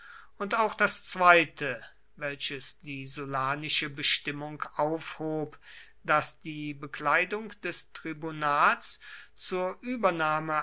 und auch das zweite welches die sullanische bestimmung aufhob daß die bekleidung des tribunats zur übernahme